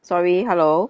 sorry hello